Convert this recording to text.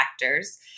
factors